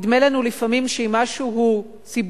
נדמה לנו לפעמים שאם משהו ציבורי,